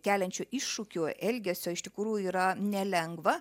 keliančio iššūkių elgesio iš tikrųjų yra nelengva